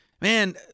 Man